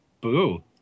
Boo